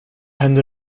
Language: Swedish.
händer